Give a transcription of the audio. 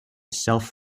self